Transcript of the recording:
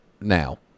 now